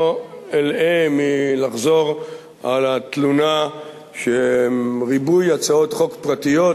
לא אלאה מלחזור על התלונה שריבוי הצעות חוק פרטיות,